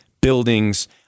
buildings